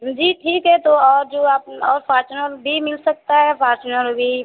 जी ठीक है तो और जो आप और फ़ार्चुनर डी मिल सकता है फ़ार्चुनर वी